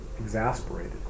exasperated